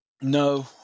No